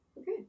Okay